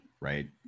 right